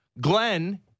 Glenn